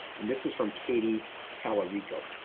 and this is from katie talarico.